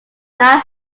night